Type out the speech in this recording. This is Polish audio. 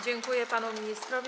Dziękuję panu ministrowi.